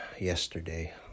Yesterday